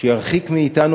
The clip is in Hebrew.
שירחיק מאתנו,